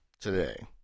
today